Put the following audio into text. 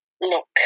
Look